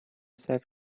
said